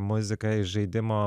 muziką iš žaidimo